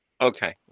okay